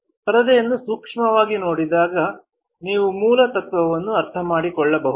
ಪರದೆಯನ್ನು ಸೂಕ್ಷ್ಮವಾಗಿ ನೋಡಿದಾಗ ನೀವು ಮೂಲ ತತ್ವವನ್ನು ಅರ್ಥಮಾಡಿಕೊಳ್ಳಬಹುದು